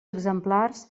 exemplars